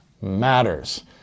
matters